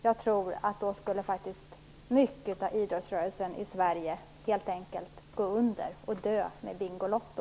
Jag tror att mycket av idrottsrörelsen i Sverige helt enkelt skulle gå under och dö med Bingolotto.